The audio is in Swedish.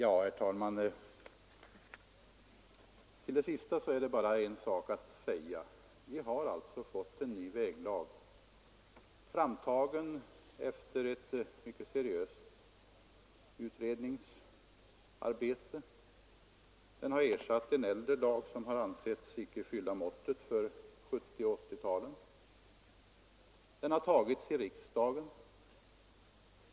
Herr talman! Till det sista är det bara en sak att säga. Vi har alltså fått en ny väglag, framtagen efter ett mycket seriöst utredningsarbete. Den har ersatt en äldre lag, som har ansetts icke fylla måttet för 1970 och 1980-talen. Lagen har antagits av riksdagen.